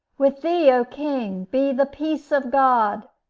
with thee, o king, be the peace of god,